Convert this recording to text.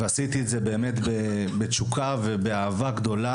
ועשיתי את זה בתשוקה ובאהבה גדולה